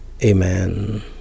Amen